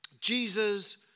Jesus